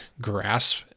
grasp